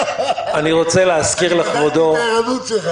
אני רוצה להזכיר לכבודו -- בדקתי את העירנות שלך..